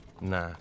Nah